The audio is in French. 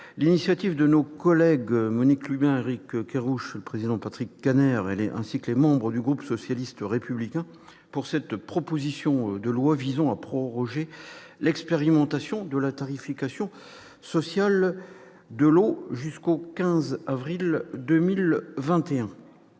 l'initiative de nos collègues Monique Lubin, Éric Kerrouche, Patrick Kanner, ainsi que des membres du groupe socialiste et républicain, qui ont déposé cette proposition de loi visant à proroger l'expérimentation de la tarification sociale de l'eau jusqu'au 15 avril 2021.